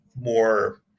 more